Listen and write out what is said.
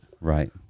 Right